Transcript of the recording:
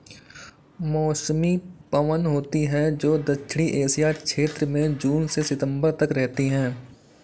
मौसमी पवन होती हैं, जो दक्षिणी एशिया क्षेत्र में जून से सितंबर तक रहती है